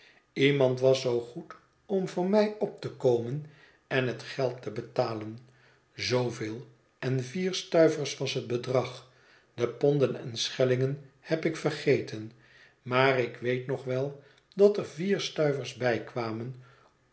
iemand was zoo goed om voor mij op te komen en het geld te betalen zooveel en vier stuivers was het bedrag de ponden en schellingen heb ik vergeten maar ik weet nog wel dat ervier stuivers bij